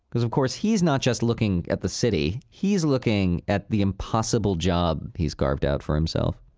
because of course, he's not just looking at the city, he is looking at the impossible job he's carved out for himself.